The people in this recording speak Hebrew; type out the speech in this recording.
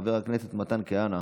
חבר הכנסת מתן כהנא,